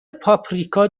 پاپریکا